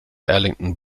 arlington